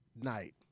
night